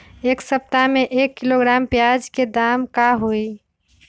एक सप्ताह में एक किलोग्राम प्याज के दाम का होई?